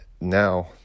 now